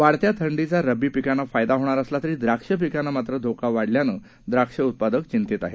वाढत्या थंडीचा रब्बी पिकांना फायदा होणार असला तरी द्राक्ष पिकांना मात्र धोका वाढल्याने द्राक्ष उत्पादक चिंतेत आहेत